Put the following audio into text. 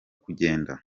kugenda